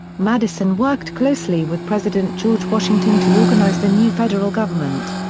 madison worked closely with president george washington to organize the new federal government.